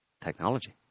technology